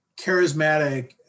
charismatic